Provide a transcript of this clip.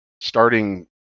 starting